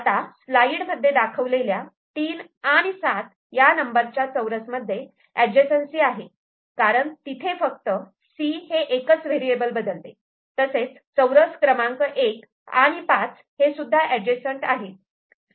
आता स्लाइडमध्ये दाखवलेल्या तीन आणि सात या नंबरच्या चौरस मध्ये अडजेसन्सी आहे कारण तिथे फक्त C हे एकच व्हेरिएबल बदलते तसेच चौरस क्रमांक एक आणि पाच हेसुद्धा अडजेसन्स्ट आहेत